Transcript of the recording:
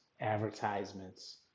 advertisements